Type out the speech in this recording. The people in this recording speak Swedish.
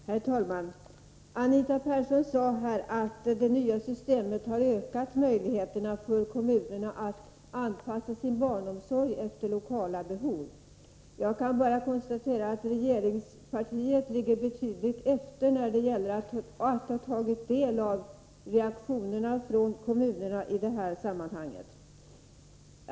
Herr talman! Anita Persson sade att det här nya systemet har medfört ökade möjligheter för kommunerna att anpassa sin barnomsorg efter lokala behov. Då kan jag konstatera att regeringspartiet ligger betydligt efter när det gäller att ha tagit del av reaktionerna i kommunerna i det här sammanhanget.